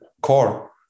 core